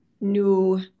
new